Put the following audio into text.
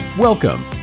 Welcome